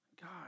God